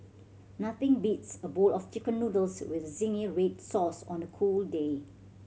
nothing beats a bowl of Chicken Noodles with zingy red sauce on a cold day